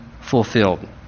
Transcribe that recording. fulfilled